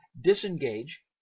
disengage